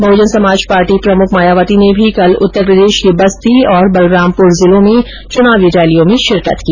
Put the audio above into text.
Bahujan Samaj party प्रमुख मायावती ने भी कल उत्तर प्रदेश के बस्ती और बलरामपुर जिलों में चुनावी रैलियों में शिरकत की